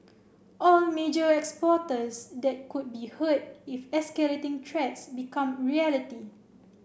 all major exporters that could be hurt if escalating threats become reality